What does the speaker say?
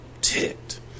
ticked